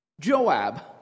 Joab